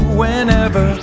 whenever